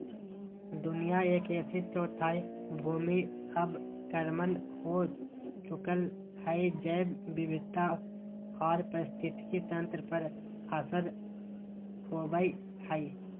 दुनिया के एक चौथाई भूमि अवक्रमण हो चुकल हई, जैव विविधता आर पारिस्थितिक तंत्र पर असर होवई हई